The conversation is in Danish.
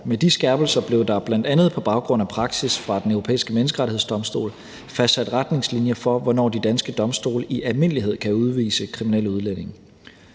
Med de skærpelser blev der bl.a. på baggrund af praksis fra Den Europæiske Menneskerettighedsdomstol fastsat retningslinjer for, hvornår de danske domstole i almindelighed kan udvise kriminelle udlændinge,